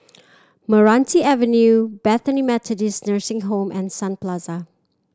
Meranti Avenue Bethany Methodist Nursing Home and Sun Plaza